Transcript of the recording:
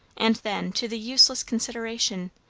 and then to the useless consideration,